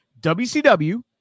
WCW